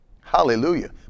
Hallelujah